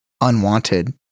unwanted